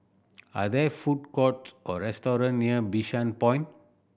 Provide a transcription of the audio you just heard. are there food courts or restaurant near Bishan Point